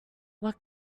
what